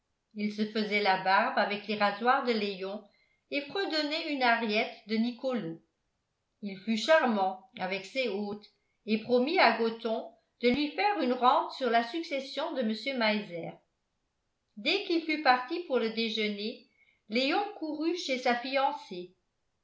il se faisait la barbe avec les rasoirs de léon et fredonnait une ariette de nicolo il fut charmant avec ses hôtes et promit à gothon de lui faire une rente sur la succession de mr meiser dès qu'il fut parti pour le déjeuner léon courut chez sa fiancée